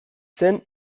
zen